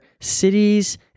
cities